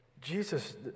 Jesus